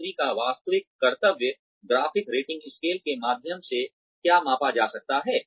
नौकरी का वास्तविक कर्तव्य ग्राफिक रेटिंग स्केल के माध्यम से क्या मापा जा सकता है